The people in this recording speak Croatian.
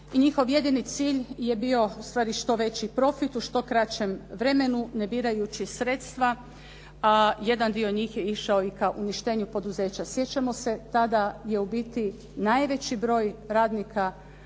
njihov jedini cilj je bio ustvari što veći profit u što kraćem vremenu, ne birajući sredstva, a jedan dio njih je išao i ka uništenju poduzeća. Sjećamo se, tada je ubiti najveći broj radnika